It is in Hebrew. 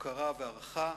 הוקרה והערכה.